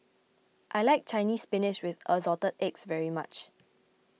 I like Chinese Spinach with Assorted Eggs very much